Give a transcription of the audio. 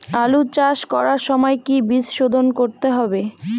আলু চাষ করার সময় কি বীজ শোধন করতে হবে?